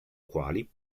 quali